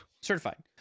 Certified